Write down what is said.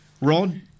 Rod